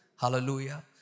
Hallelujah